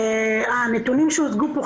שהנתונים שהוצגו פה,